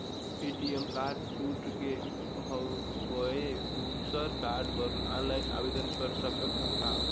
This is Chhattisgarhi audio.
ए.टी.एम कारड टूट गे हववं दुसर कारड बर ऑनलाइन आवेदन कर सकथव का?